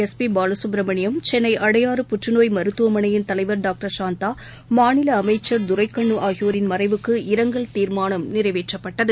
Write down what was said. இன்று பிரபல பின்னணி பாடகள் சென்னைஅடையாறு புற்றுநோய் மருத்துவமனையின் தலைவர் டாக்டர் சந்தா மாநிலஅமைச்சர் துரைக்கண்ணுஆகியோரின் மறைவுக்கு இரங்கல் தீர்மானம் நிறைவேற்றப்பட்டது